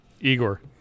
Igor